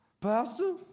Pastor